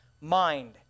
mind